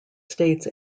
states